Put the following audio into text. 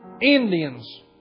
Indians